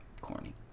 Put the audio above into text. corny